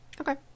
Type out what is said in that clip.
Okay